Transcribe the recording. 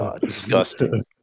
disgusting